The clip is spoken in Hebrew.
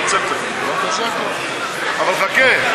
אבל חכה,